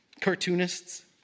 cartoonists